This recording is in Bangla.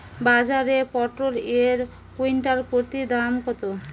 বাজারে পটল এর কুইন্টাল প্রতি দাম কত?